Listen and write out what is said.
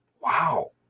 Wow